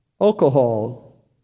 alcohol